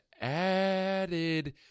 added